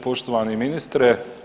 Poštovani ministre.